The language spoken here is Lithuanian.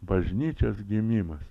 bažnyčios gimimas